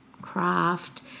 craft